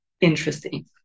interesting